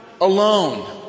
alone